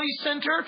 center